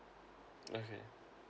okay